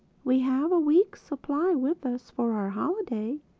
we have a week's supply with us, for our holiday,